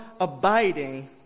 abiding